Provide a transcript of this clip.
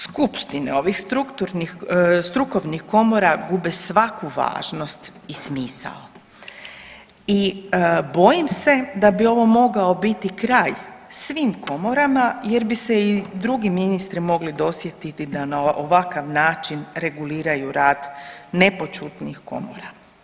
Skupštine ovih strukovnih komora gube svaku važnost i smisao i bojim se da bi ovo mogao biti kraj svim komorama jer bi se i drugi ministri mogli dosjetiti da na ovakav način reguliraju rad nepoćudnih komora.